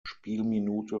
spielminute